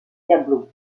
diablo